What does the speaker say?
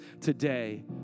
today